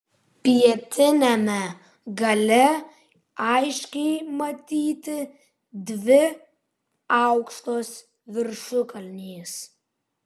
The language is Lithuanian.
pietiniame gale aiškiai matyti dvi aukštos viršukalnės